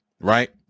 right